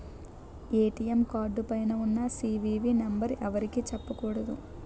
ATM card పైన ఉన్న CVV number ఎవరికీ చెప్పకూడదు